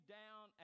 down